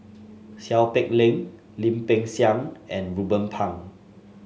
Seow Peck Leng Lim Peng Siang and Ruben Pang